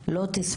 ממש לא כל כך